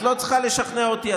את לא צריכה לשכנע אותי,